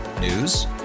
News